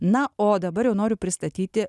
na o dabar jau noriu pristatyti